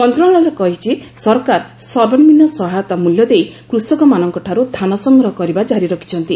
ମନ୍ତ୍ରଣାଳୟ କହିଛି ସରକାର ସର୍ବନିମ୍ବ ସହାୟତା ମୂଲ୍ୟ ଦେଇ କୃଷକମାନଙ୍କଠାରୁ ଧାନ ସଂଗ୍ରହ କରିବା ଜାରି ରଖିଛନ୍ତି